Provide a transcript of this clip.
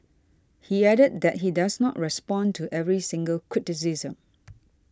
he added that he does not respond to every single criticism